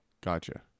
Gotcha